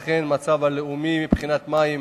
אכן, המצב הלאומי מבחינת מים